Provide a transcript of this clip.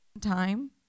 time